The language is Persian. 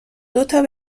دوتا